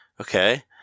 okay